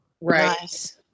Right